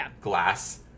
glass